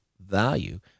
value